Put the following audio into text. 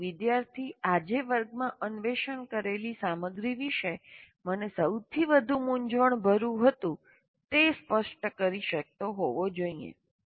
પરંતુ વિદ્યાર્થી આજે વર્ગમાં અન્વેષણ કરેલી સામગ્રી વિશે મને સૌથી વધુ મૂંઝવણભર્યું હતું તે સ્પષ્ટ કરી શકવો જોઈએ